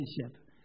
relationship